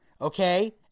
okay